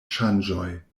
ŝanĝoj